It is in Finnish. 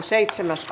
asia